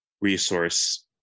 resource